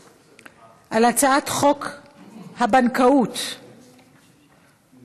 להצבעה על הצעת חוק הבנקאות, נכון?